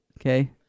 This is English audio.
Okay